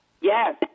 Yes